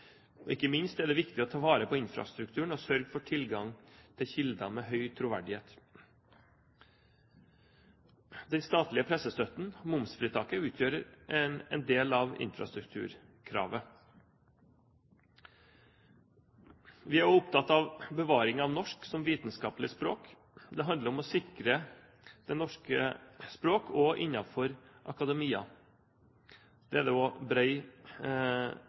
Ikke minst er det viktig å ta vare på infrastrukturen og sørge for tilgang til kilder med høy troverdighet. Den statlige pressestøtten – momsfritaket – utgjør en del av infrastrukturkravet. Vi er også opptatt av bevaring av norsk som vitenskapelig språk. Det handler om å sikre det norske språk også innenfor akademia. Det er det